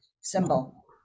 symbol